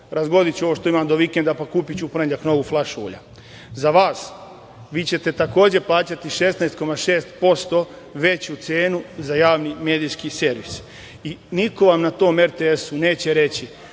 razvodniću ovo što imam do vikenda i kupiću u ponedeljak novu flašu ulja. Vi ćete takođe plaćati 16,6% veću cenu za javni medijski servis i niko vam na tom RTS-u neće reći